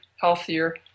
healthier